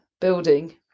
building